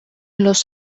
los